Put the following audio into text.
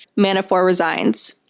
manafort resigns.